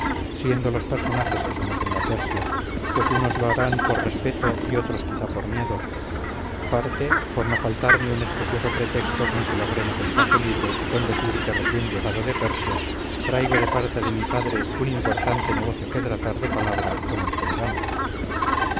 siendo los personajes que somos en la persia pues los unos lo harán por respeto y otros quizá por miedo parte por no faltarme un especioso pretexto con que logremos el paso libre con decir que recién llegado de persia traigo de parte de mi padre un importante negocio que tratar de palabra con el soberano